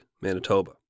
Manitoba